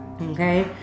Okay